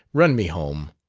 run me home.